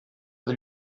del